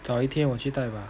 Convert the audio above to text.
找一天我去戴吧